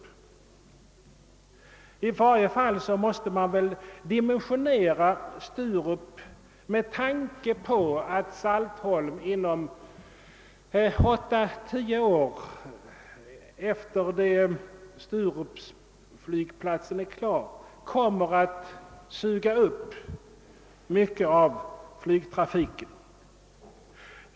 Under alla förhållanden måste flygplatsen i Sturup dimensioneras med tanke på att Saltholm inom åtta å tio år efter det att sturupflygplatsen är klar kommer att suga upp mycket av flygtrafiken.